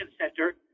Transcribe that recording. center